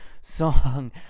song